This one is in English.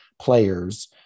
players